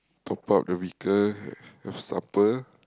top up the vehicle have supper